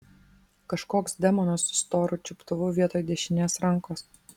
kažkoks demonas su storu čiuptuvu vietoj dešinės rankos